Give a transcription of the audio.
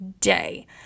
day